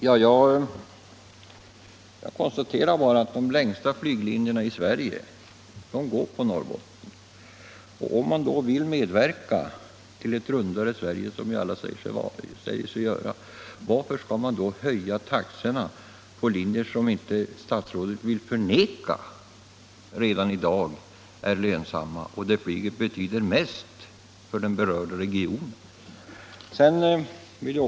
Herr talman! Jag konstaterar bara att de längsta flyglinjerna i Sverige går på Norrbotten. Om man då vill medverka till ett rundare Sverige — som alla säger sig vilja — varför skall man höja taxorna på linjer som statsrådet inte förnekar i dag är lönsamma och där flyget betyder mest för den berörda regionen?